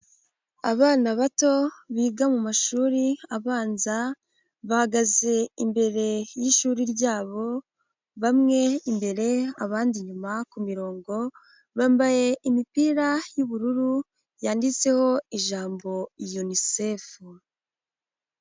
Abana bato biga mu mashuri abanza, bahagaze imbere y'ishuri ryabo, bamwe imbere abandi inyuma ku mirongo, bambaye imipira y'ubururu yanditseho ijambo UNICEF.